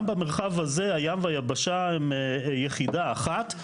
גם במרחב הזה הים והיבשה הם יחידה אחת,